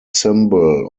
symbol